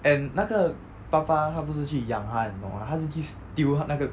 and 那个爸爸他不是去养她你懂吗他是去 steal 她那个